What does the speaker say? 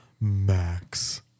max